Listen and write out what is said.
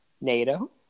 NATO